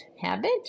habit